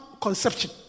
conception